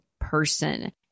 person